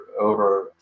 over